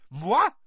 Moi